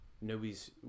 nobody's